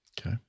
Okay